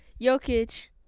Jokic